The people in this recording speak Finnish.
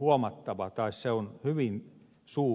huomattava tai se on hyvin suuri